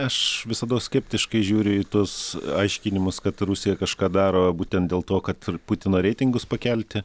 aš visados skeptiškai žiūriu į tuos aiškinimus kad rusija kažką daro būtent dėl to kad ir putino reitingus pakelti